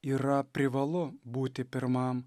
yra privalu būti pirmam